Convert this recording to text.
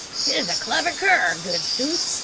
tis a cliver cur, good sooth,